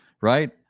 Right